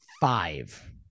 five